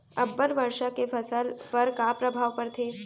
अब्बड़ वर्षा के फसल पर का प्रभाव परथे?